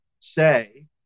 say